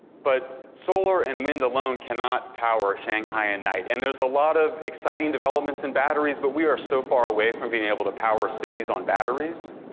but solar and wind alone cannot power shanghai at and night, and there's a lot of exciting development in batteries, but we're so far away from being able to power cities on batteries.